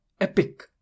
epic